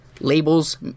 Labels